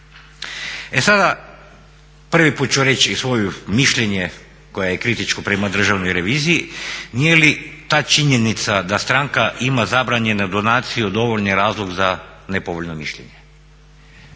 E sada, prvi put ću reći svoje mišljenje koje je kritično prema Državnoj reviziji, nije li ta činjenica da stranka ima zabranjene donacije dovoljan razlog za nepovoljno mišljenje?